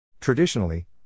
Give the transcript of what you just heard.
Traditionally